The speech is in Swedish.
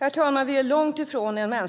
Herr talman!